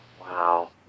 Wow